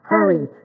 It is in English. Hurry